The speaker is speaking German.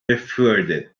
befördert